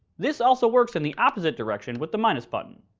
this also works in the opposite direction with the minus button.